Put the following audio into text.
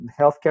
healthcare